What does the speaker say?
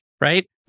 right